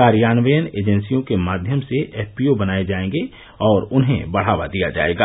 कार्यान्वयन एजेंसियों के माध्यम से एफपीओ बनाये जायेंगे और उन्हें बढावा दिया जायेगा